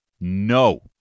no